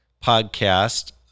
podcast